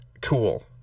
cool